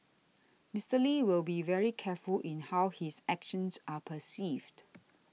Mister Lee will be very careful in how his actions are perceived